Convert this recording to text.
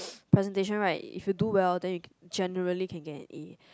presentation right if you do well then you generally can get an A